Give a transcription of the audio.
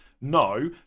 no